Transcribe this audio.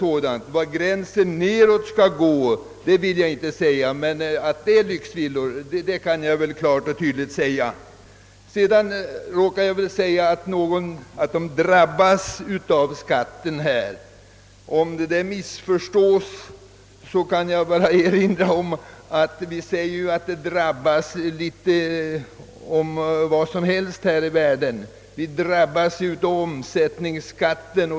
Var gränsen nedåt skall dras, vill jag däremot inte uttala mig om. Jag råkade använda ordet »drabba» då jag talade om denna nya skatt, och det har tydligen missförståtts. Jag vill erinra om att det ordet ju användes om litet av varje. Vi säger t.ex. att vi drabbas av omsättningsskatten.